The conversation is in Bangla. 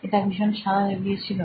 এটি ভীষণ সাড়া জাগিয়েছিল